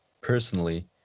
personally